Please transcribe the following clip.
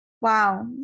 wow